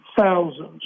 thousands